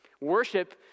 Worship